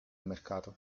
mercato